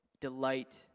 delight